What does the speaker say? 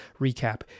recap